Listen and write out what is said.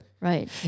Right